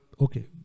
Okay